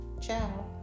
Ciao